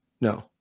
No